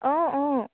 অঁ অঁ